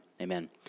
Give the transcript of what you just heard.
Amen